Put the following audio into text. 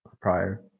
prior